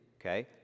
Okay